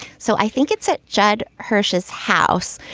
so i think it's at judd hirsch's house.